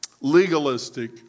legalistic